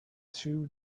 two